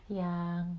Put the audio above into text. yang